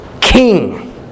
king